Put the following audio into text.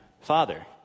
Father